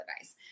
advice